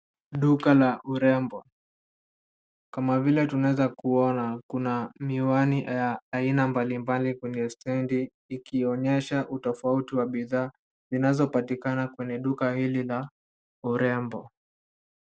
Duka la urembo. Kama vile tunaweza kuona kuna miwani ya aina mbalimbali kwenye stendi ikionyesha utofauti wa bidhaa zinazopatikana kwenye duka hili la urembo.